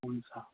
हुन्छ